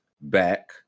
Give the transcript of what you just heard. back